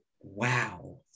wow